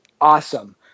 Awesome